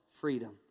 freedom